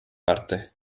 parte